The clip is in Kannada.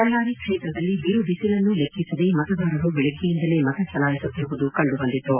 ಬಳ್ಳಾರಿ ಕ್ಷೇತ್ರದಲ್ಲಿ ಬಿರುಬಿಸಲನ್ನೂ ಲೆಕ್ಕಿಸದೆ ಮತದಾರರು ಬೆಳಿಗ್ಗೆಯಿಂದಲೇ ಮತ ಚಲಾಯಿಸುತ್ತಿರುವುದು ಕಂಡುಬಂದಿತು